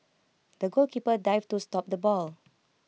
the goalkeeper dived to stop the ball